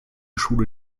schule